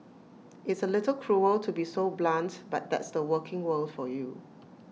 it's A little cruel to be so blunt but that's the working world for you